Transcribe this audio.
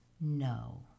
No